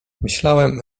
myślałem